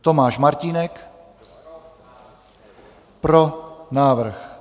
Tomáš Martínek: Pro návrh.